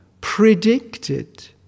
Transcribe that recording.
predicted